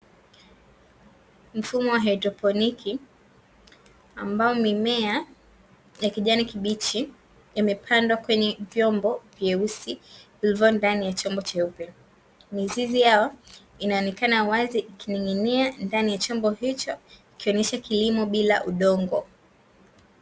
Mfumo wa haidroponi, ambao mimea ya kijani kibichi imepandwa kwenye vyombo vyeusi vilivyo ndani ya chombo cheupe, mizizi yao inaonekana wazi ikining'inia ndani ya chombo hicho, ikionesha kilimo bila udongo.